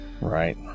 Right